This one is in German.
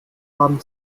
haben